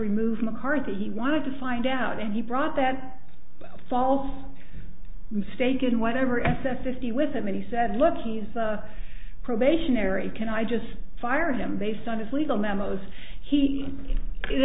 remove mccarthy he wanted to find out and he brought that false mistaken whatever s s t with him and he said look he's a probationary can i just fire him based on his legal memos he it